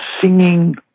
singing